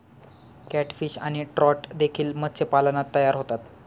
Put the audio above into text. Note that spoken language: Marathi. कॅटफिश आणि ट्रॉट देखील मत्स्यपालनात तयार होतात